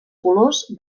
colors